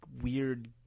weird